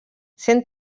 sent